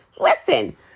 Listen